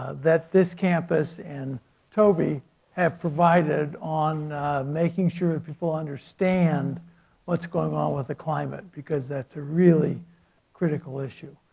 that this campus and toby have provided on making sure people understand what's going on with the climate because that's a really critical issue